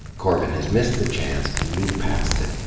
corbin has missed the chance to move past it.